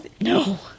No